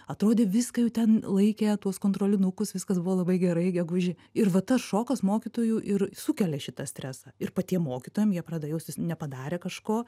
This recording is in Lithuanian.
atrodė viską jau ten laikė tuos kontrolinukus viskas buvo labai gerai gegužį ir va tas šokas mokytojų ir sukelia šitą stresą ir patiem mokytojam jie pradeda jaustis nepadarę kažko